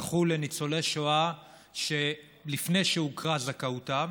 הלכו לניצולי שואה לפני שהוכרה זכאותם